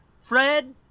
Fred